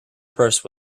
purse